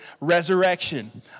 Resurrection